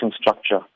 structure